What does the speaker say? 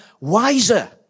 wiser